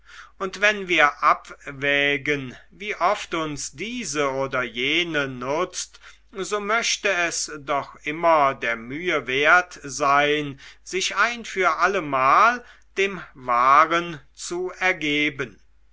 und wenn wir abwägen wie oft uns diese oder jene nutzt so möchte es doch immer der mühe wert sein sich ein für allemal dem wahren zu ergeben